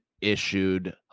issued